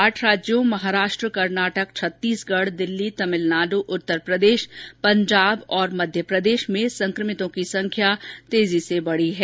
आठ राज्यों महाराष्ट्र कर्नाटक छत्तीसगढ दिल्ली तमिलनाडु उत्तरप्रदेश पंजाब और मध्यप्रदेश में संक्रमितों की संख्या तेजी से बढी है